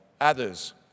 others